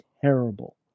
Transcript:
terrible